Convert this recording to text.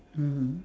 mmhmm